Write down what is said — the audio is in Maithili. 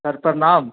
सर प्रणाम